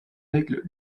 aigle